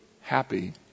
happy